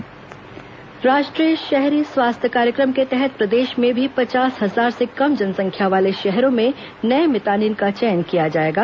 मितानिन चयन राष्ट्रीय शहरी स्वास्थ्य कार्यक्रम के तहत प्रदेश में भी पचास हजार से कम्रजनसंख्या वाले शहरों में नए मितानिन का चयन किया जाएगा